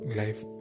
life